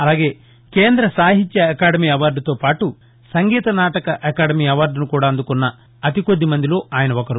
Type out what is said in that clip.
అలాగే కేంద సాహిత్య అకాదెమీ అవార్డుతో పాటు సంగీత నాటక అకాదెమీ ఆవార్డును కూడా అందుకున్న అతికొద్దిమందిలో ఆయన ఒకరు